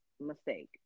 Mistake